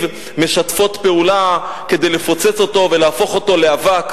משתפות פעולה כדי לפוצץ אותו ולהפוך אותו לאבק,